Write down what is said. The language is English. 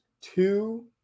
two